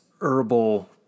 herbal